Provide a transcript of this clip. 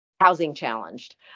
housing-challenged